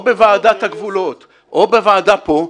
או בוועדת הגבולות או בוועדה פה,